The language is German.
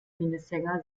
minnesänger